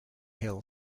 hill